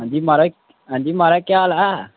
अंजी अंजी म्हाराज केह् हाल ऐ